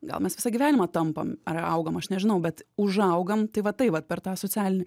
gal mes visą gyvenimą tampam ar augam aš nežinau bet užaugam tai va tai vat per tą socialinį